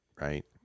Right